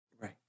Right